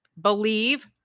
believe